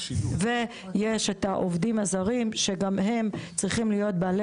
ויש את העובדים הזרים שגם הם צריכים להיות בעלי